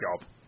job